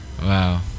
Wow